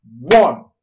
One